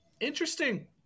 interesting